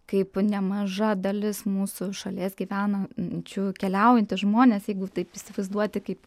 kaip nemaža dalis mūsų šalies gyvenančių keliaujantys žmonės jeigu taip įsivaizduoti kaip